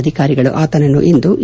ಅಧಿಕಾರಿಗಳು ಆತನನ್ನು ಇಂದು ಇ